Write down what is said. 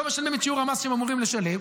לא משלמים את שיעור המס שהם אמורים לשלם,